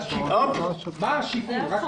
מה היה השיקול?